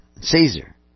Caesar